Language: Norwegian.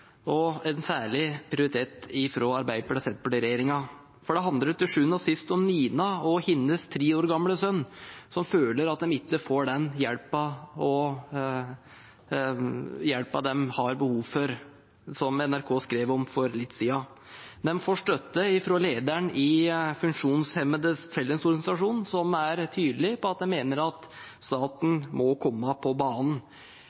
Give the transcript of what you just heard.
og en særlig prioritet for Arbeiderparti–Senterparti-regjeringen. For det handler til sjuende og sist om Nina og hennes tre år gamle sønn, som NRK skrev om for litt siden, som føler at de ikke får den hjelpen de har behov for. De får støtte fra lederen i Funksjonshemmedes Fellesorganisasjon, som er tydelig på at de mener staten må komme på banen. Jeg er derfor glad for at